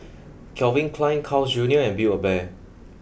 Calvin Klein Carl's Junior and Build A Bear